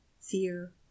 fear